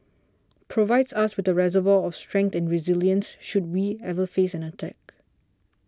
provides us with a reservoir of strength and resilience should we ever face an attack